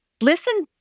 listen